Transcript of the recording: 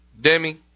Demi